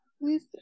Please